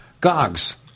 gogs